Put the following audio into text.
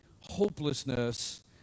hopelessness